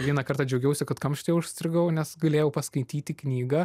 vieną kartą džiaugiausi kad kamštyje užstrigau nes galėjau paskaityti knygą